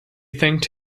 thanked